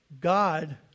God